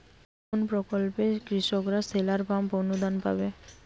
কোন প্রকল্পে কৃষকরা সোলার পাম্প অনুদান পাবে?